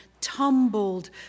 tumbled